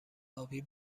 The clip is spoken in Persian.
ابی